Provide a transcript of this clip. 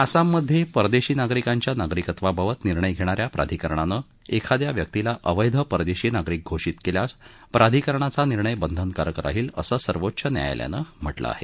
आसाममधे परदेशी नागरिकांच्या नागरीकत्वाबाबत निर्णय घेणा या प्राधिकरणानं एखाद्या व्यक्तीला अवैध परदेशी नागरिक घोषित केल्यास प्राधिकरणाचा निर्णय बंधनकारक राहील असं सर्वोच्च न्यायालयानं म्हटलं आहे